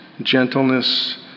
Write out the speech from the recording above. gentleness